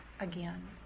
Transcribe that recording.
again